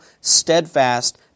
steadfast